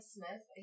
Smith